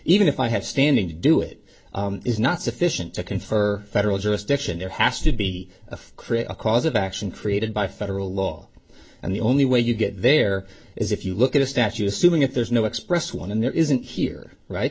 even if i have standing to do it is not sufficient to confer federal jurisdiction there has to be a create a cause of action created by federal law and the only way you get there is if you look at a statute assuming if there is no express one and there isn't here right